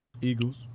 Eagles